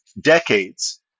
decades